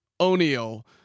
O'Neal